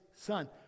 son